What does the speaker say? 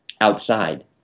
outside